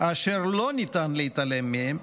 אשר לא ניתן להתעלם מהם,